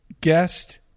guest